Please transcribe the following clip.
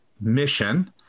mission